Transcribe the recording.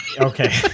Okay